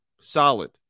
solid